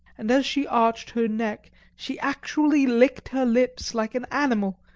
and as she arched her neck she actually licked her lips like an animal,